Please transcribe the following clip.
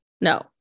no